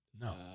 No